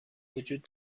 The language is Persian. وجود